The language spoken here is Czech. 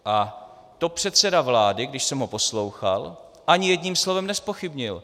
A to předseda vlády, když jsem ho poslouchal, ani jedním slovem nezpochybnil.